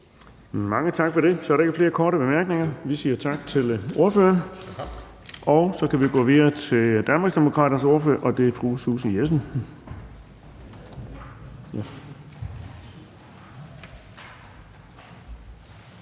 Mange tak for det. Så er der ikke flere korte bemærkninger. Vi siger tak til ordføreren. Nu kan vi gå videre til Danmarksdemokraternes ordfører, og det er fru Susie Jessen.